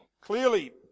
clearly